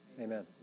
Amen